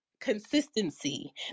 consistency